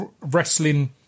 wrestling